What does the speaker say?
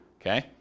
Okay